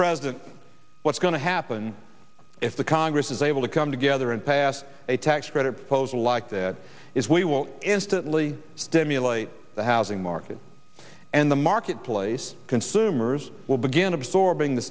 president what's going to happen if the congress is able to come together and pass a tax credit flows like that is we will instantly stimulate the housing market and the marketplace consumers will begin absorbing the